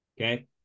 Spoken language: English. okay